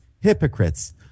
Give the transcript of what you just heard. hypocrites